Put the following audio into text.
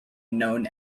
known